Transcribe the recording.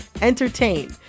entertain